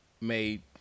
made